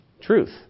truth